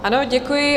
Ano, děkuji.